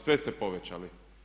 Sve ste povećali.